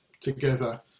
together